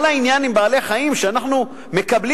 כל העניין עם בעלי-חיים הוא שאנחנו מקבלים